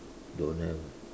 don't have